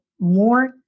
more